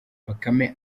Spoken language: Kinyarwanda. bakame